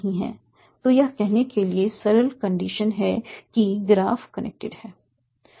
तो यह कहने के लिए सरल कंडीशन है कि ग्राफ कनेक्टेड है